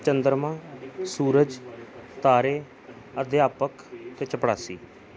ਚੰਦਰਮਾ ਸੂਰਜ ਤਾਰੇ ਅਧਿਆਪਕ ਅਤੇ ਚਪੜਾਸੀ